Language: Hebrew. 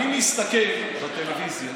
אני מסתכל בטלוויזיה,